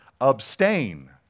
Abstain